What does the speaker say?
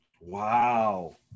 Wow